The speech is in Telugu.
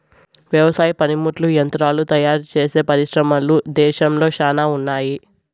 వ్యవసాయ పనిముట్లు యంత్రాలు తయారుచేసే పరిశ్రమలు దేశంలో శ్యానా ఉన్నాయి